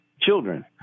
children